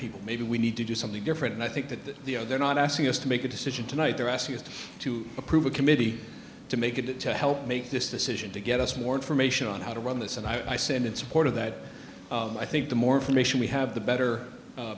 people maybe we need to do something different and i think that they're not asking us to make a decision tonight they're asking us to to approve a committee to make it to help make this decision to get us more information on how to run this and i said in support of that i think the more information we have the better